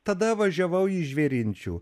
tada važiavau į žvėrinčių